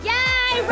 Yay